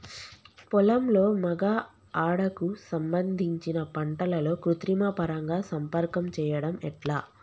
పొలంలో మగ ఆడ కు సంబంధించిన పంటలలో కృత్రిమ పరంగా సంపర్కం చెయ్యడం ఎట్ల?